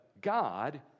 God